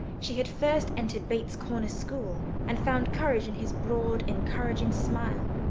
she had first entered bates corners school, and found courage in his broad, encouraging smile.